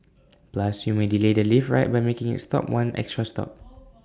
plus you may delay the lift ride by making IT stop one extra stop